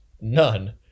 None